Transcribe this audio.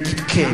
רק לשלום,